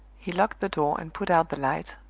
he locked the door and put out the light,